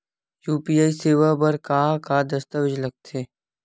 UPI सेवा बर का का दस्तावेज लगथे?